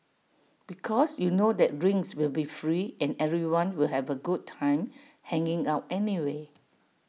because you know that drinks will be free and everyone will have A good time hanging out anyway